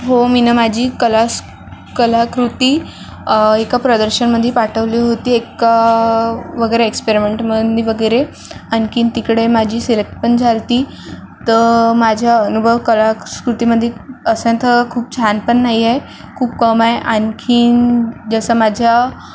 हो मी ना माझी कलास कलाकृती एका प्रदर्शनमध्ये पाठवली होती एक वगैरे एक्सपरिमेंटमध्ये वगैरे आणखीन तिकडे माझी सिलेक्ट पण झाली होती तर माझा अनुभव कलासकृतीमध्ये असेंथ खूप छान पण नाही आहे खूप कम हे आणखीन जसं माझ्या